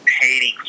hating